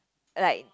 like